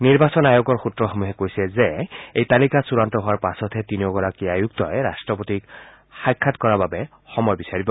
নিৰ্বাচন আয়োগৰ সূত্ৰসমূহে কৈছে যে এই তালিকা চুড়ান্ত হোৱাৰ পাছতহে তিনিওগৰাকী আয়ুক্তই ৰাট্টপতিক সাক্ষাৎ কৰাৰ বাবে সময় বিচাৰিব